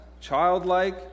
childlike